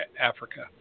Africa